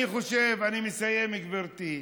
אני מסיים, גברתי.